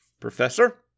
Professor